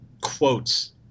quotes